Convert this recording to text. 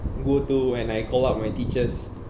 go to and I called up my teachers